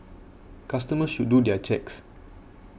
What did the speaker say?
customers should do their checks